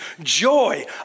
Joy